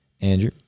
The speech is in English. Andrew